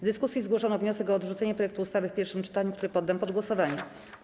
W dyskusji zgłoszono wniosek o odrzucenie projektu ustawy w pierwszym czytaniu, który poddam pod głosowanie.